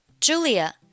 Julia